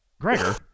Gregor